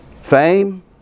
Fame